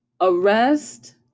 Arrest